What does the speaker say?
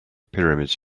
pyramids